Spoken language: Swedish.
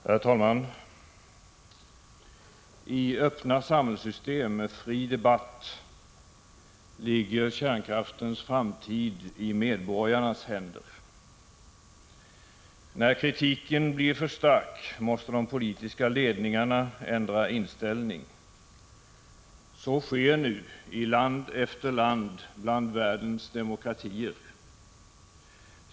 Herr talman! I öppna samhällssystem med fri debatt ligger kärnkraftens framtid i medborgarnas händer. När kritiken blir för stark måste de politiska ledningarna ändra inställning. Så sker nu i land efter land bland världens demokratier.